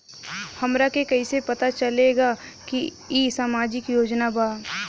हमरा के कइसे पता चलेगा की इ सामाजिक योजना बा?